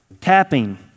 tapping